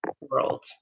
world